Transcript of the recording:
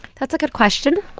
that's a good question.